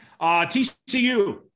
TCU